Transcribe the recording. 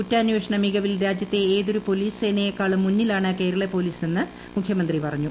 കുറ്റാന്വേഷണമികവിൽ രാജ്യത്തെ ഏതൊരു പോലീസ് സേനയെക്കാളും ്മുന്നിലാണ് കേരള പോലീസെന്ന് മുഖ്യമന്ത്രി പറഞ്ഞു